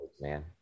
Man